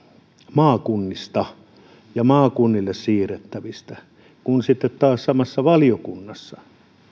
maakunnista ja maakunnille siirrettävistä kun sitten taas samassa valiokunnassa